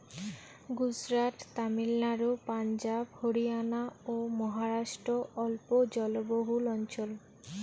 গুজরাট, তামিলনাড়ু, পাঞ্জাব, হরিয়ানা ও মহারাষ্ট্র অল্প জলবহুল অঞ্চল